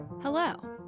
Hello